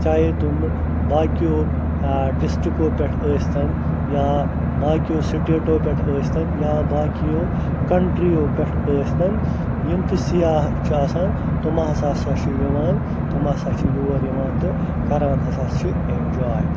چاہے تِمہٕ باقیو ڈِسٹِکو پٮ۪ٹھ ٲسۍتن یا باقیو سِٹیٹو پٮ۪ٹھ ٲسۍتن یا باقیو کنٹرٛیٖیو پٮ۪ٹھ ٲسۍتن یِم تہِ سِیاح چھِ آسان تِم ہسا سا چھِ یِوان تِم ہَسا چھِ یور یِوان تہٕ کَران ہَسا چھِ اٮ۪نجاے